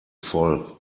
voll